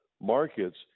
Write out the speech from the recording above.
markets